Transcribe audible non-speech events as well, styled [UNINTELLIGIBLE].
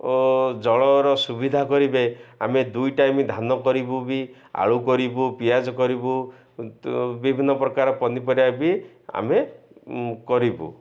ଓ ଜଳର ସୁବିଧା କରିବେ ଆମେ ଦୁଇ ଟାଇମ୍ ଧାନ କରିବୁ ବି ଆଳୁ କରିବୁ ପିଆଜ କରିବୁ [UNINTELLIGIBLE] ବିଭିନ୍ନ ପ୍ରକାର ପନିପରିବା ବି ଆମେ କରିବୁ